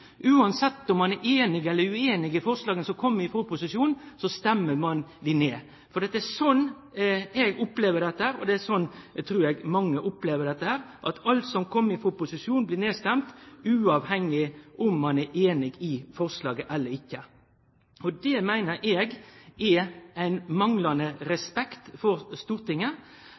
Uansett om ein er einig eller ueinig i forslaga som kjem frå opposisjonen, stemmer ein dei ned. For det er sånn eg opplever det, og det er sånn – trur eg – mange opplever det, at alt som kjem frå opposisjonen, blir nedstemt, uavhengig av om ein er einig i forslaget eller ikkje. Det meiner eg er ein manglande respekt for Stortinget,